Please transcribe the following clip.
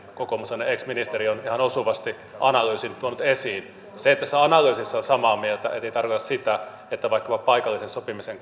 kokoomuksen ex ministerikin on ihan osuvasti analyysin tuonut esiin se että tästä analyysistä on samaa mieltä ei tarkoita sitä että vaikkapa paikallisen sopimisen